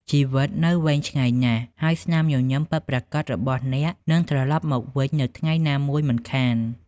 ជីវិតនៅវែងឆ្ងាយណាស់ ហើយស្នាមញញឹមពិតប្រាកដរបស់អ្នកនឹងត្រឡប់មកវិញនៅថ្ងៃណាមួយមិនខាន។